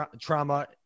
trauma